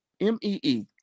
M-E-E